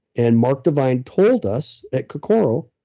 and mark divine told us at kokoro,